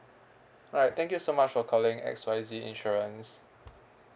alright thank you so much for calling X Y Z insurance